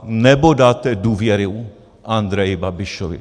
Nebo dáte důvěru Andreji Babišovi?